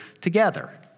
together